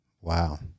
Wow